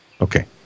Okay